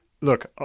look